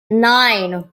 nine